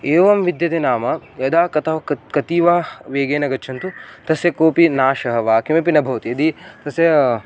एवं विद्यते नाम यदा कथं कति कति वा वेगेन गच्छन्तु तस्य कोपि नाशः वा किमपि न भवति यदि तस्य